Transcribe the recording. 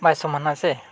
ᱵᱟᱭ ᱥᱚᱢᱟᱱᱟ ᱥᱮ